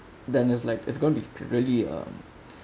then is like it's gonna be really ah